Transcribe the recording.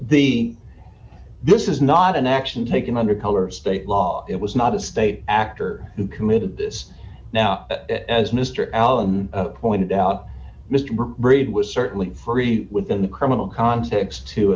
the this is not an action taken under color of state law it was not a state actor who committed this now as mr allen pointed out mr reed was certainly free within the criminal context to